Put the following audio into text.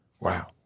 Wow